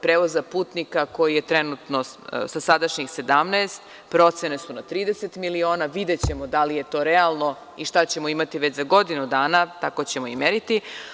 Prevoza putnika koji je trenutno sa sadašnjih 17, procene su na 30 miliona, videćemo da li je to realno i šta ćemo imati već za godinu dana, tako ćemo i meriti.